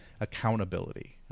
accountability